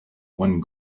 one